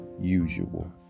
usual